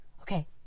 Okay